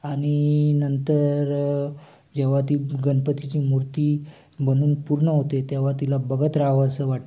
आणि नंतर जेव्हा ती गणपतीची मूर्ती बनून पूर्ण होते तेव्हा तिला बघत राहावसं वाटतं